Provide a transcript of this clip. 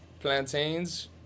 plantains